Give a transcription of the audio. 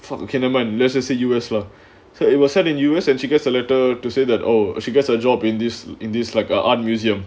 okay never mind let's just say U_S lah so it will set in us and she gets a letter to say that oh she gets a job in this in this like a art museum